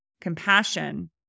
compassion